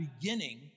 beginning